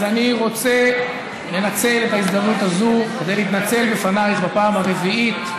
אז אני רוצה לנצל את ההזדמנות הזאת כדי להתנצל בפנייך בפעם הרביעית,